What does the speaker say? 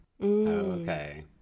okay